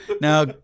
now